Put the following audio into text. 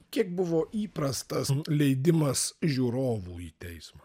kiek buvo įprastas leidimas žiūrovų į teismą